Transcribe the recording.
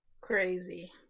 crazy